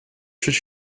should